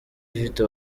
ifite